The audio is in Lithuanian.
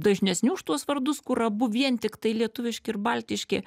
dažnesni už tuos vardus kur abu vien tiktai lietuviški ir baltiški